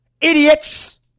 Idiots